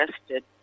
arrested